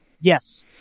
yes